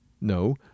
No